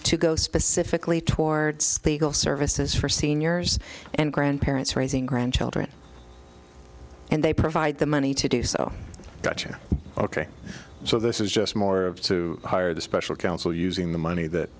to go specifically towards legal services for seniors and grandparents raising grandchildren and they provide the money to do so much or ok so this is just more to hire the special counsel using the money that